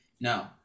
no